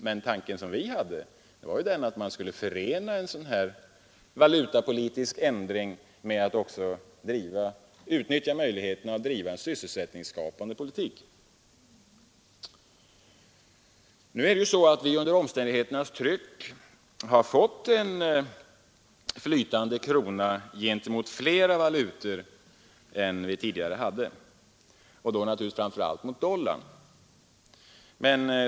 Men den tanke vi hade var att man skulle förena en sådan valutapolitisk förändring med ett utnyttjande av möjligheterna att driva en sysselsättningsskapande politik. Vi har nu på grund av omständigheternas tryck fått en valuta som flyter gentemot flera valutor än tidigare, framför allt gentemot dollarn.